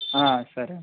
సరే అండి